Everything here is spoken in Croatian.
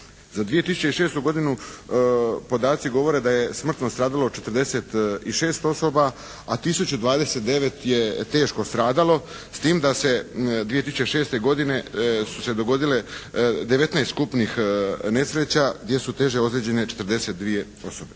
Za 2006. godinu podaci govore da je smrtno stradalo 46 osoba, a tisuću 029 je teško stradalo s tim da se 2006. godine su se dogodile 19 skupnih nesreća gdje su teže ozlijeđene 42 osobe.